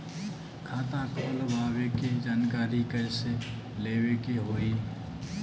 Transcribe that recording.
खाता खोलवावे के जानकारी कैसे लेवे के होई?